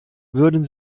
würden